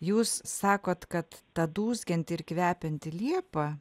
jūs sakot kad ta dūzgianti ir kvepianti liepa